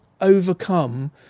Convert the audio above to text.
overcome